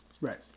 Right